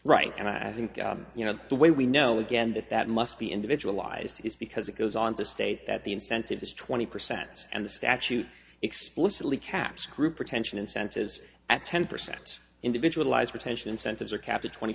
right and i think you know the way we know again that that must be individualized is because it goes on to state that the incentives twenty percent and the statute explicitly caps group retention incentives at ten percent individualized attention incentives are kept a twenty